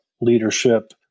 leadership